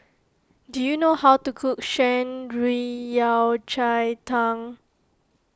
do you know how to cook Shan Rui Yao Cai Tang